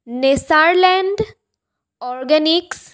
Natureland organics